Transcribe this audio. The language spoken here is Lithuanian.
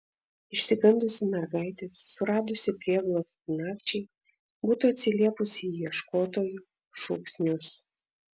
išsigandusi mergaitė suradusi prieglobstį nakčiai būtų atsiliepusi į ieškotojų šūksnius